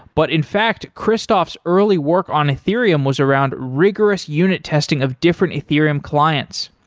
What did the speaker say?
but in fact, christoph's early work on ethereum was around rigorous unit-testing of different ethereum clients.